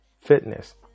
fitness